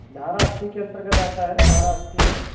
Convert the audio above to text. धारा अस्सी के अंतर्गत आता है ना धारा अस्सी है